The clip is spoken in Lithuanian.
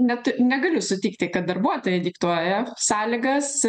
netu negaliu sutikti kad darbuotojai diktuoja sąlygas